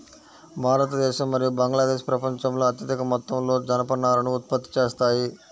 భారతదేశం మరియు బంగ్లాదేశ్ ప్రపంచంలో అత్యధిక మొత్తంలో జనపనారను ఉత్పత్తి చేస్తాయి